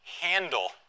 handle